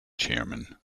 chairman